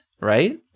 right